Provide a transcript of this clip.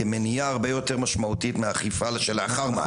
כי מניעה הרבה יותר משמעותית מאכיפה שלאחר מעשה.